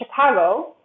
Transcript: Chicago